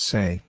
Say